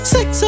Six